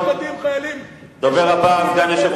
אתה רוצה לעשות אפרטהייד במדינה, זה הכול.